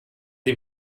ihm